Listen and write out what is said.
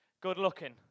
good-looking